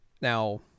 Now